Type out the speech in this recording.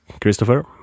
Christopher